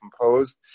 composed